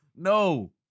No